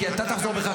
כי אתה תחזור בך,